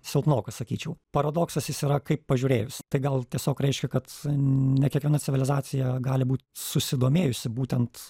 silpnoka sakyčiau paradoksas jis yra kaip pažiūrėjus tai gal tiesiog reiškia kad ne kiekviena civilizacija gali būt susidomėjusi būtent